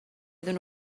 iddyn